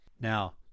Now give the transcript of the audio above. Now